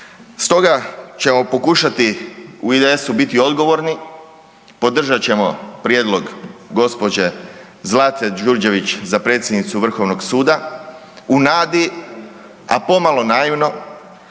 Stoga ćemo pokušati u IDS-u biti odgovorni, podržat ćemo prijedlog gđe. Zlate Đurđević za predsjednicu Vrhovnog suda u nadi a pomalo naivno,